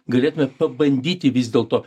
galėtumėme pabandyti vis dėlto